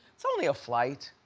it's only a flight.